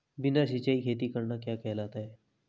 बिना सिंचाई खेती करना क्या कहलाता है?